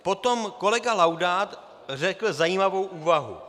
Potom kolega Laudát řekl zajímavou úvahu.